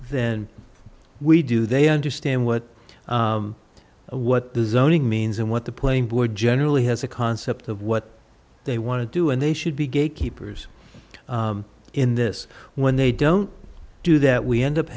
than we do they understand what what the zoning means and what the playing board generally has a concept of what they want to do and they should be gatekeepers in this when they don't do that we end up